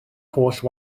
holl